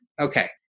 okay